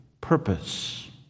purpose